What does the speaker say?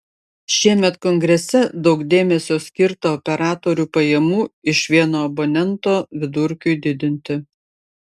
šiemet kongrese daug dėmesio skirta operatorių pajamų iš vieno abonento vidurkiui didinti